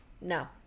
No